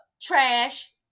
trash